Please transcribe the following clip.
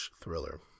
thriller